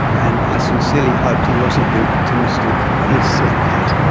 and i sincerely hoped he wasn't being optimistic when he said that.